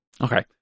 Okay